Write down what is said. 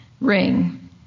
ring